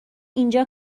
اینجا